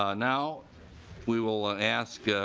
ah now we will ask ah